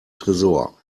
tresor